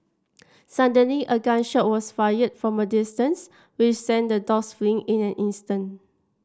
suddenly a gun shot was fired from a distance which sent the dogs fleeing in an instant